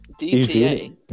DTA